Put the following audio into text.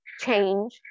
change